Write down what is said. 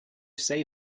say